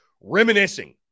reminiscing